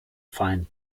fine